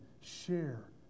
share